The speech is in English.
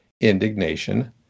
indignation